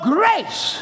grace